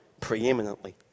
preeminently